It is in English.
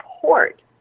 support